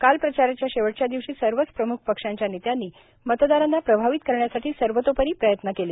काल प्रचाराच्या शेवटच्या दिवशी सर्वच प्रमुख पक्षांच्या नेत्यांनी मतदारांना प्रभावित करण्यासाठी सर्वतोपरी प्रयत्न केले